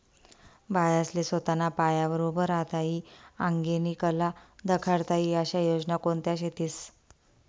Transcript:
बायास्ले सोताना पायावर उभं राहता ई आंगेनी कला दखाडता ई आशा योजना कोणत्या शेतीस?